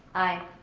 aye.